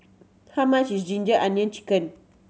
how much is ginger onion chicken